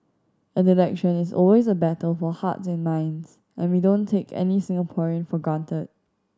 an election is always a battle for hearts and minds and we don't take any Singaporean for granted